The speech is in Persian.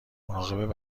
مراقب